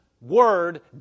word